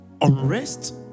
Unrest